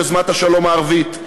על יוזמת השלום הערבית.